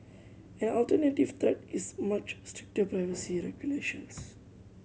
an alternative threat is much stricter privacy regulation